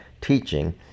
teaching